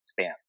spam